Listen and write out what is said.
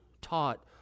taught